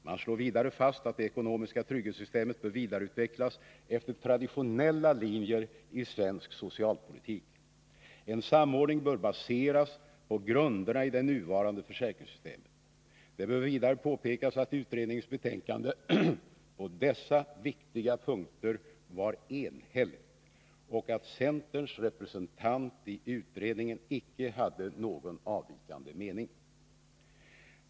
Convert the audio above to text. Man slår vidare fast att det ekonomiska trygghetssystemet bör vidareutvecklas efter traditionella linjer i svensk socialpolitik. En samordning bör baseras på grunderna i det nuvarande försäkringssystemet. Det bör vidare påpekas att utredningens betänkande på dessa viktiga punkter var enhälligt och att centerns representant i utredningen inte hade någon avvikande mening.